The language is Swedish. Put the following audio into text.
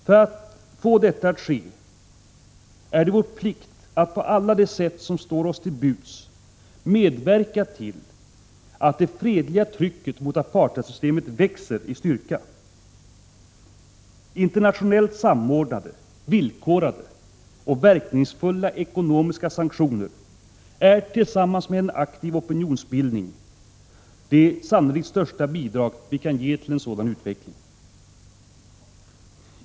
För att få detta att ske är det vår plikt att på alla de sätt som står oss till buds medverka till att det fredliga trycket mot apartheidsystemet växer i styrka. Internationellt samordnade, villkorade och verkningsfulla ekonomiska sanktioner är, tillsammans med en aktiv opinionsbildning, det sannolikt största bidraget vi kan ge till en sådan utveckling.